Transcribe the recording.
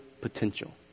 potential